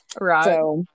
right